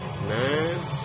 Man